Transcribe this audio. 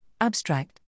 Abstract